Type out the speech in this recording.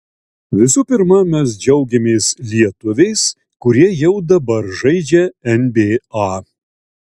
visų pirma mes džiaugiamės lietuviais kurie jau dabar žaidžia nba